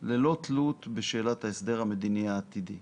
ללא תלות בשאלת ההסדר המדיני העתידי.